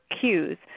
cues